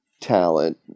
talent